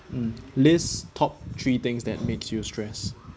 mm list top three things that makes you stressed